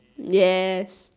yes